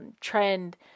trend